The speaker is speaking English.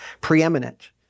Preeminent